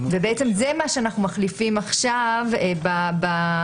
ובעצם זה מה שאנחנו מחליפים עכשיו בפיילוט